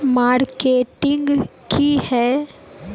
Marketing की है?